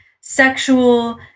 sexual